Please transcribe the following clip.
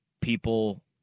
people